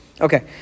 Okay